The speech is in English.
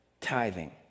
Tithing